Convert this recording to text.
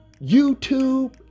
YouTube